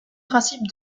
principes